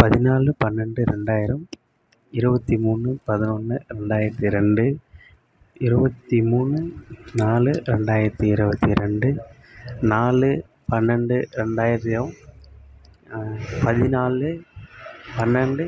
பதினாலு பன்னெண்டு ரெண்டாயிரம் இருபத்தி மூணு பதினொன்று ரெண்டாயிரத்தி ரெண்டு இருபத்தி மூணு நாலு ரெண்டாயிரத்தி இருபவத்தி ரெண்டு நாலு பன்னெண்டு ரெண்டாயிரத்தியோம் பதினாலு பன்னெண்டு